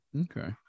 okay